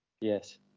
Yes